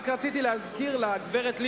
רק רציתי להזכיר לה, לגברת לבני,